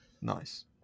Nice